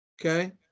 Okay